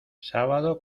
sábado